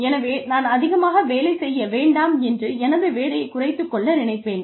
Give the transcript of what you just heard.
எனவே நான் அதிகமாக வேலை செய்ய வேண்டாம் என்று எனது வேலையைக் குறைத்துக் கொள்ள நினைப்பேன்